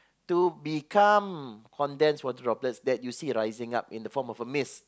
to become condensed water droplets that you see rising up in the form of a mist